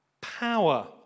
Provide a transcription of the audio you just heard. power